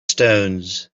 stones